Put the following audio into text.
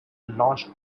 launched